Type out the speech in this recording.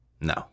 No